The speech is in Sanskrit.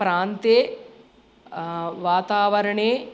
प्रान्तं वातावरणं